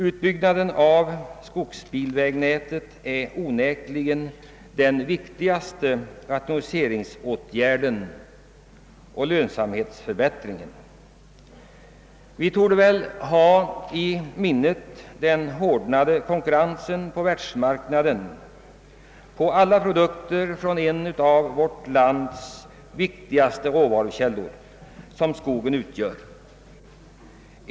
Utbyggnaden av skogsbilvägnätet är onekligen den viktigaste rationaliseringsåtgärd som kan förbättra lönsamheten. Vi torde alla känna till den hårdnande konkurrensen på världsmarknaden beträffande produkterna från en av vårt lands viktigaste råvarukällor, skogen.